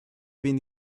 been